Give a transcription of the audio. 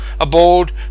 aboard